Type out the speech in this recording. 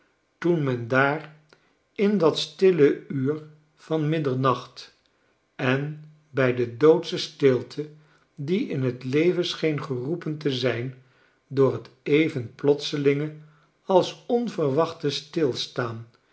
toen men daar in dat stille uur van middernacht en bij de doodsche stilte die in t leven scheen geroepen te zijn door t even plotselinge als onverwachte stilstaan